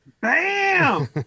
Bam